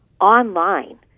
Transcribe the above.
online